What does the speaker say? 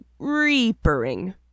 reapering